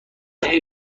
اگه